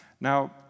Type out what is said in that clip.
Now